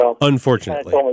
Unfortunately